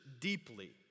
deeply